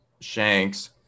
Shanks